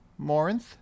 Morinth